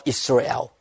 Israel